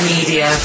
Media